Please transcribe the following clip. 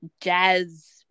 jazz